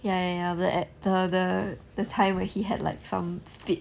ya ya ya at the the the time where he had some fit